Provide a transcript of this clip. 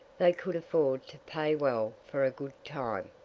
they could afford to pay well for a good time.